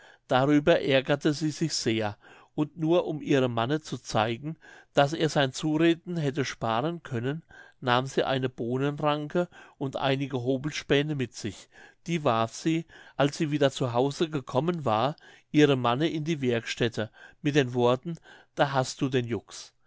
darüber ärgerte sie sich sehr und nur um ihrem manne zu zeigen daß er sein zureden hätte sparen können nahm sie eine bohnenranke und einige hobelspähne mit sich die warf sie als sie wieder zu hause gekommen war ihrem manne in die werkstätte mit den worten da hast du den juks